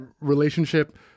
relationship